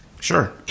Sure